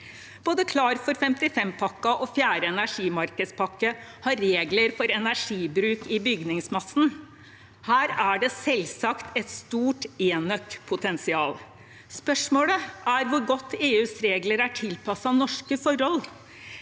Både Klar for 55-pakken og fjerde energimarkedspakke har regler for energibruk i bygningsmassen. Her er det selvsagt et stort enøkpotensial. Spørsmålet er hvor godt EUs regler er tilpasset norske forhold.